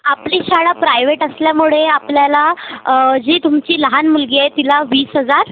आपली शाळा प्रायव्हेट असल्यामुळे आपल्याला जी तुमची लहान मुलगी आहे तिला वीस हजार